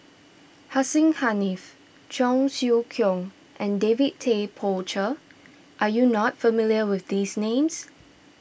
Hussein Haniff Cheong Siew Keong and David Tay Poey Cher are you not familiar with these names